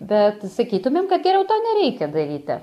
bet sakytumėm kad geriau to nereikia daryti